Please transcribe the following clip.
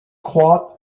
croix